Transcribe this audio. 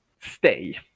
stay